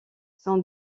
son